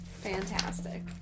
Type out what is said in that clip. Fantastic